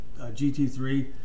GT3